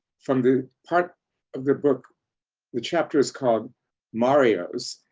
from the part of the book the chapter is called mario's.